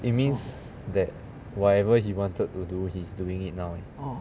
it means that whatever he wanted to do he's doing it now eh